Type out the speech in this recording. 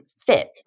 fit